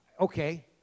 Okay